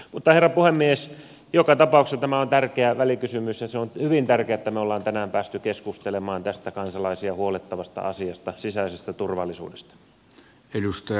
mutta herra puhemies joka tapauksessa tämä on tärkeä välikysymys ja se on hyvin tärkeää että me olemme tänään päässeet keskustelemaan tästä kansalaisia huolettavasta asiasta sisäisestä turvallisuudesta